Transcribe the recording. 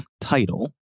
title